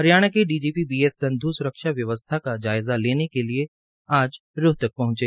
हरियाणा के DGP B S Sandhu स्रक्षा व्यवस्था का जायज़ा लेनेके लिये आज रोहतक पहुंचे